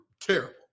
Terrible